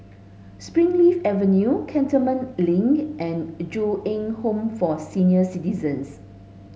Springleaf Avenue Cantonment Link and Ju Eng Home for Senior Citizens